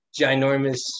ginormous